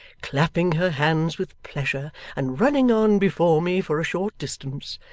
clapping her hands with pleasure and running on before me for a short distance,